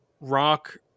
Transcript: Rock